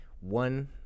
one